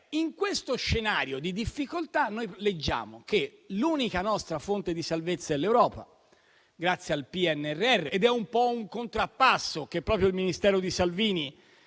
in questo scenario di difficoltà noi leggiamo che l'unica nostra fonte di salvezza è l'Europa grazie al PNRR ed è un po' un contrappasso che proprio il Ministero di Salvini